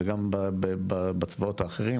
זה גם בצבאות האחרים,